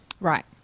Right